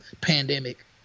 pandemic